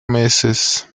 meses